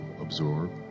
absorb